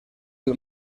del